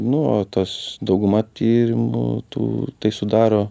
nu o tas dauguma tyrimų tų tai sudaro